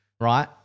Right